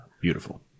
Beautiful